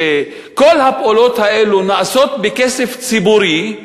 שכל הפעולות האלה נעשות בכסף ציבורי,